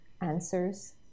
answers